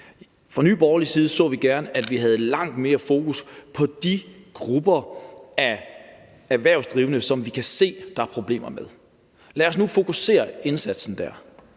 Fra Nye Borgerliges side så vi gerne, at man havde langt mere fokus på de grupper af erhvervsdrivende, som man kan se der er problemer med. Så lad os nu fokusere indsatsen der.